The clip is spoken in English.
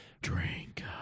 Drink